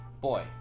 Boy